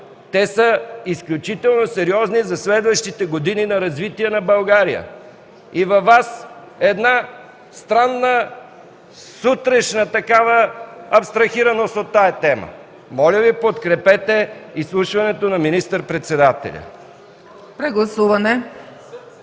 Те са изключително сериозни за следващите години на развитие на България. И във Вас – една странна, сутрешна такава абстрахираност, от тази тема. Моля Ви, подкрепете изслушване на министър председателя. ПРЕДСЕДАТЕЛ